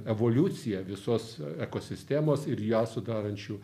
evoliucija visos ekosistemos ir ją sudarančių